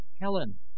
Helen